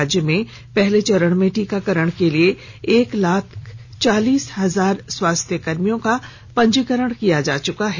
राज्य में पहले चरण में टीकाकरण के लिए एक लाख चालीस हजार स्वास्थ्यकर्मियों का पंजीकरण किया जा चुका है